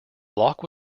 locke